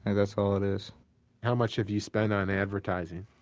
and that's all it is how much have you spent on advertising?